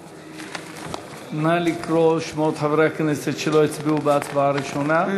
בעד נא לקרוא בשמות חברי הכנסת שלא הצביעו בהצבעה הראשונה.